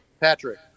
Patrick